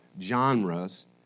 genres